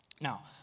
Now